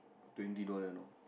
twenty dollar know